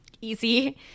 easy